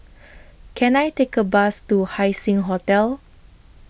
Can I Take A Bus to Haising Hotel